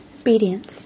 Obedience